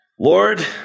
Lord